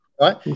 Right